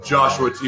Joshua